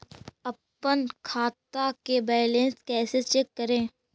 अपन खाता के बैलेंस कैसे चेक करे?